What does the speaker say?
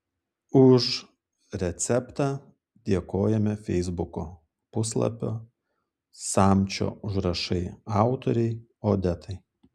už receptą dėkojame feisbuko puslapio samčio užrašai autorei odetai